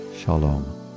Shalom